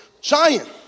giant